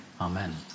Amen